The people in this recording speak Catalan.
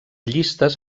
llistes